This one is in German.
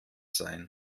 sein